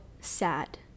sad